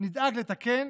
נדאג לתקן